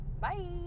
Bye